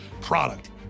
product